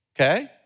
Okay